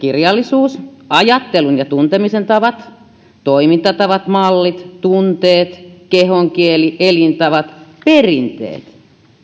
kirjallisuus ajattelun ja tuntemisen tavat toimintatavat mallit tunteet kehonkieli elintavat perinteet